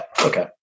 okay